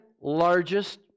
largest